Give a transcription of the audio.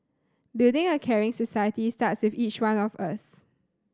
building a caring society starts with each one of us